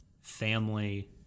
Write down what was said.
family